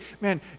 man